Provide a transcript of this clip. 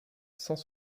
sans